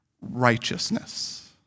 righteousness